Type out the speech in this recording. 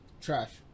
trash